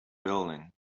building